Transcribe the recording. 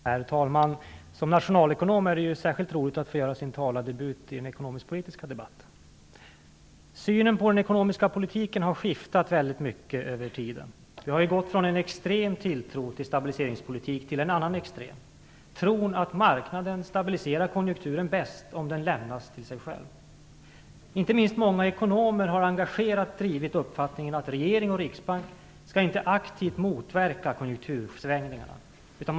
Herr talman! Som nationalekonom är det särskilt roligt att jag får göra min talardebut i den ekonomiskpolitiska debatten. Synen på den ekonomiska politiken har skiftat mycket över tiden. Vi har gått från en extrem tilltro till stabiliseringspolitiken till en extrem tro på att marknaden stabiliserar konjunkturen bäst om den lämnas till sig själv. Inte minst många ekonomer har engagerat drivit uppfattningen att regeringen och Riksbanken inte aktivt skall motverka konjunktursvängningarna.